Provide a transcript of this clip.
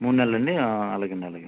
మూడు నెలలా అండి అలాగే అండి అలాగే